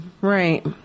Right